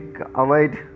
avoid